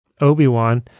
obi-wan